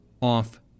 off